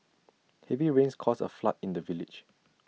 heavy rains caused A flood in the village